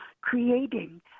creating